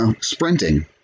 Sprinting